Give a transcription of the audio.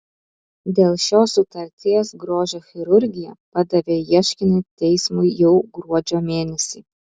dėl šios sutarties grožio chirurgija padavė ieškinį teismui jau gruodžio mėnesį